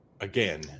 again